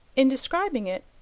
in describing it,